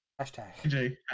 Hashtag